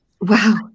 Wow